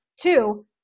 two